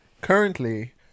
currently